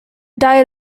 diet